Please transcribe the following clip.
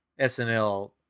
SNL